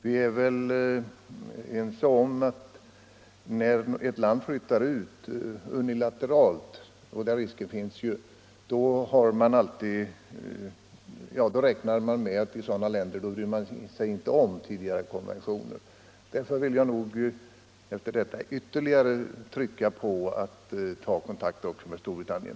Vi är väl ense om att när ett land bilateralt flyttar ut gränserna — och den risken finns — bryr man sig inte om tidigare konventioner. Därför vill jag ytterligare framhålla det angelägna i att ta kontakt också med Storbritannien.